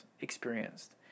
experienced